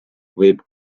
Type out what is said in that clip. võib